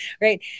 Right